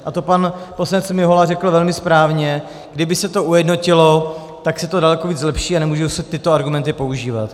A to pan poslanec Mihola řekl velmi správně kdyby se to ujednotilo, tak se to daleko více zlepší a nemůžou se tyto argumenty používat.